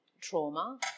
trauma